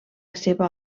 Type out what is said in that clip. seva